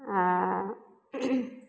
आ